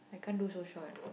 I can't do so short